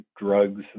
drugs